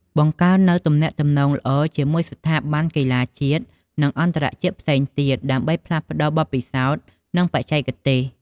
បង្កើតនូវ ទំនាក់ទំនងល្អ ជាមួយស្ថាប័នកីឡាជាតិ និងអន្តរជាតិផ្សេងទៀត ដើម្បីផ្លាស់ប្តូរបទពិសោធន៍ និងបច្ចេកទេស។